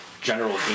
general